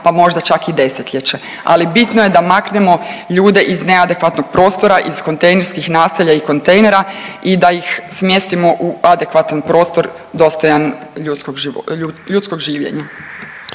pa možda čak i desetljeće, ali bitno je da maknemo ljude iz neadekvatnog prostora, iz kontejnerskih naselja i kontejnera i da ih smjestimo u adekvatan prostor dostojan ljudskog